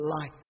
light